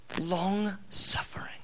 Long-suffering